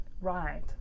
Right